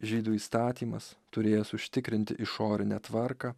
žydų įstatymas turėjęs užtikrinti išorinę tvarką